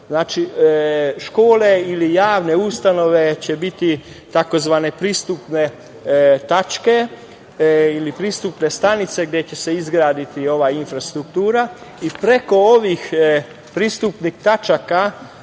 Znači, škole ili javne ustanove će biti, tzv. pristupne tačke ili pristupne stanice gde će se izgraditi ova infrastruktura i preko ovih pristupnih tačaka